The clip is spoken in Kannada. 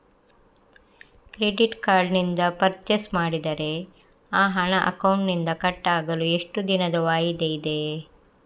ಕ್ರೆಡಿಟ್ ಕಾರ್ಡ್ ನಿಂದ ಪರ್ಚೈಸ್ ಮಾಡಿದರೆ ಆ ಹಣ ಅಕೌಂಟಿನಿಂದ ಕಟ್ ಆಗಲು ಎಷ್ಟು ದಿನದ ವಾಯಿದೆ ಇದೆ?